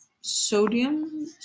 sodium